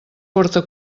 porta